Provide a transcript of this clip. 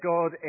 God